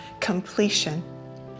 completion